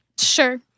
sure